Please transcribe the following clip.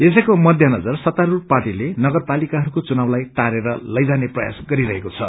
यसको मध्यनजर सत्तास्रूढ़ पार्टीले नगरपालिकाहरूको चुनावलाई टारेर लैजाने प्रयास गरिरहेको छ